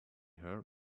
her